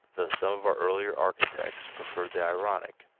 though some of our earlier architects preferred the ironic.